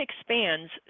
expands